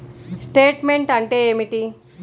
Statement అంటే ఏమిటి?